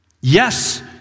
Yes